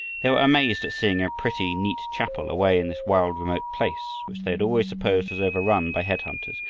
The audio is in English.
they were amazed at seeing a pretty, neat chapel away in this wild, remote place, which they had always supposed was overrun by head-hunters,